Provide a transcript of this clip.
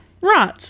Right